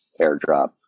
airdrop